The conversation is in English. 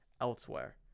elsewhere